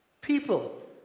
People